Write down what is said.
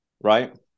Right